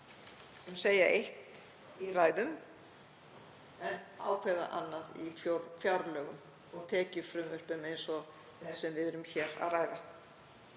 sem segja eitt í ræðum en ákveða annað í fjárlögum og tekjufrumvörpum eins og því sem við erum hér að ræða.